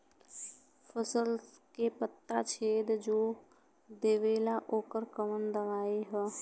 फसल के पत्ता छेद जो देवेला ओकर कवन दवाई ह?